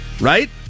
right